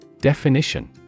Definition